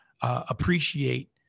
appreciate